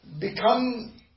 become